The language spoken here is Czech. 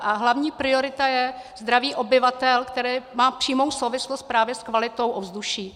A hlavní priorita je zdraví obyvatel, které má přímou souvislost právě s kvalitou ovzduší.